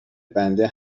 بنده